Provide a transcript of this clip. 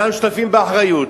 אנחנו שותפים באחריות,